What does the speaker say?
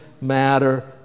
matter